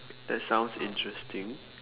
that sounds interesting